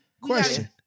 Question